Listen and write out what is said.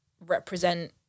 represent